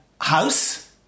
house